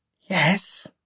Yes